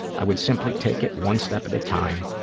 i would simply take it one step at a time,